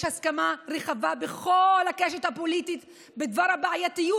יש הסכמה רחבה בכל הקשת הפוליטית בדבר הבעייתיות